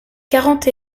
quarante